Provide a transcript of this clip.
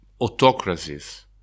autocracies